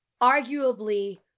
arguably